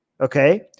Okay